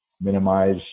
minimize